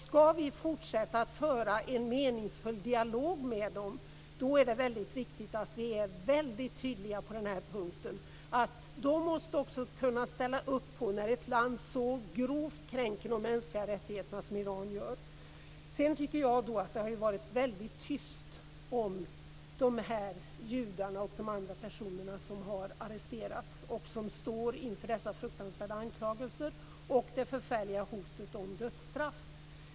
Ska vi fortsätta att föra en meningsfull dialog med dem är det viktigt att vi är väldigt tydliga på den här punkten. De måste också kunna ställa upp när ett land så grovt kränker de mänskliga rättigheterna som Iran gör. Jag tycker att det har varit väldigt tyst om de här judarna och de andra personer som har arresterats och som står inför dessa fruktansvärda anklagelser och det förfärliga hotet om dödsstraff.